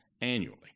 annually